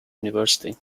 university